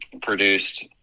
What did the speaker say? produced